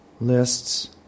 lists